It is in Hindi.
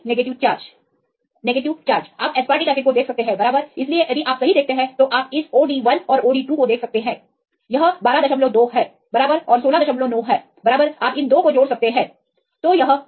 विद्यार्थी negative charge Refer Time 2904 negative charge आप एसपारटिक एसिड को देख सकते हैं बराबर इसलिए यदि आप सही देखते हैं तो आप इस od1 और od 2 को देख सकते हैं यह 122 है बराबर और 169 है बराबर आप इन 2 को जोड़ सकते हैं